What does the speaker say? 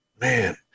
Man